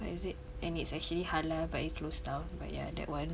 what is it and it's actually halal but it closed down but ya that one